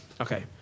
Okay